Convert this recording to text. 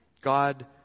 God